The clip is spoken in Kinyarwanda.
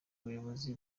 ubuyobozi